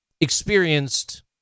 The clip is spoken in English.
experienced